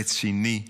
רציני,